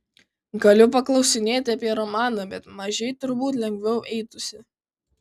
galiu paklausinėti apie romaną bet mažei turbūt lengviau eitųsi